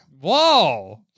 Whoa